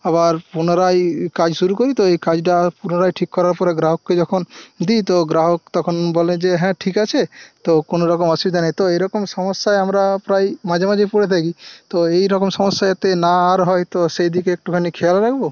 আবার পুনরায় কাজ শুরু করি তো এই কাজটা পুনরায় ঠিক করার পরে গ্রাহককে যখন দিই তো গ্রাহক তখন বলে যে হ্যাঁ ঠিক আছে তো কোনোরকম অসুবিধে নেই তো এইরকম সমস্যায় আমরা প্রায় মাঝেমাঝেই পড়ে থাকি তো এই রকম সমস্যা যাতে না আর হয় তো সেইদিকে একটুখানি খেয়াল রাখবো